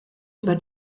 über